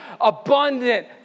Abundant